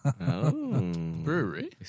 Brewery